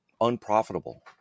unprofitable